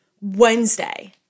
Wednesday